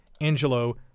Angelo